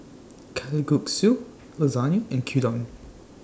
Kalguksu Lasagna and Gyudon